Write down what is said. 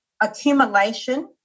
accumulation